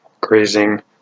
grazing